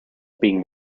being